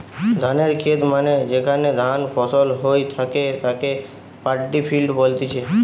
ধানের খেত মানে যেখানে ধান ফসল হই থাকে তাকে পাড্ডি ফিল্ড বলতিছে